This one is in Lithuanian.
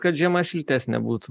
kad žiema šiltesnė būtų